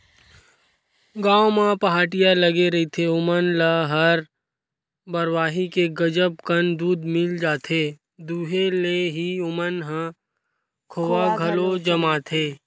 गाँव म पहाटिया लगे रहिथे ओमन ल हर बरवाही के गजब कन दूद मिल जाथे, खुदे ले ही ओमन ह खोवा घलो जमाथे